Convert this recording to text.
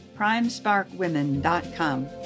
PrimesparkWomen.com